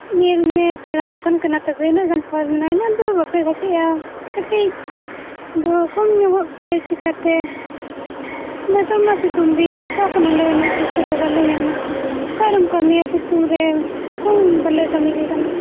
ᱧᱮᱞ ᱢᱮ ᱥᱮᱬᱟ ᱫᱚᱠᱟᱱ ᱠᱟᱱᱟ ᱛᱚᱵᱮ ᱩᱱᱟᱹᱜ ᱜᱟᱱ ᱯᱷᱚᱞ ᱢᱮᱱᱟᱜᱼᱟ ᱤᱱᱟᱹᱜ ᱫᱚ ᱵᱟᱯᱮ ᱜᱷᱟᱴᱤᱜᱼᱟ ᱠᱟᱹᱴᱤᱡ ᱫᱚ ᱠᱚᱢ ᱧᱚᱜᱚᱜᱯᱮ ᱪᱤᱠᱟᱹᱛᱮ ᱱᱤᱛᱚᱝ ᱢᱟ ᱥᱤᱛᱩᱝ ᱫᱤᱱ ᱚᱠᱟ ᱠᱷᱚᱱᱟᱜᱞᱮ ᱩᱱᱟᱹᱜ ᱯᱚᱭᱥᱟ ᱴᱟᱠᱟᱞᱮ ᱧᱟᱢᱟ ᱚᱠᱟᱨᱮᱢ ᱠᱟᱹᱢᱤᱭᱟ ᱥᱤᱛᱩᱝ ᱨᱮ ᱚᱠᱚᱭ ᱦᱚᱸ ᱵᱟᱞᱮ ᱠᱟᱹᱢᱤ ᱠᱟᱱᱟ